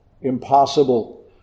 impossible